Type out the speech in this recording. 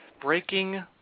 Breaking